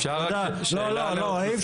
תודה רבה.